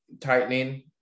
tightening